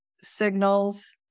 signals